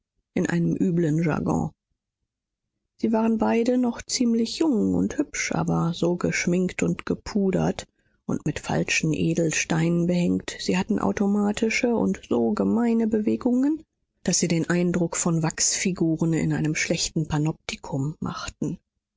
in einem üblen jargon sie waren beide noch ziemlich jung und hübsch aber so geschminkt gepudert und mit falschen edelsteinen behängt sie hatten automatische und so gemeine bewegungen daß sie den eindruck von wachsfiguren in einem schlechten panoptikum machten